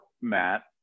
Matt